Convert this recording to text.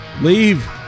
Leave